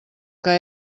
que